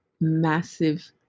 massive